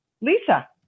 Lisa